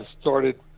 started